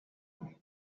خوریم